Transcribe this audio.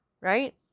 right